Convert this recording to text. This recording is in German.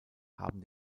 haben